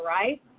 right